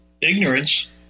ignorance